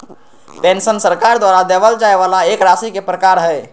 pension सरकार द्वारा देबल जाय वाला एक राशि के प्रकार हय